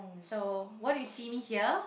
so what you see me here